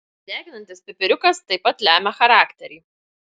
deginantis pipiriukas taip pat lemia charakterį